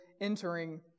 entering